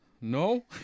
No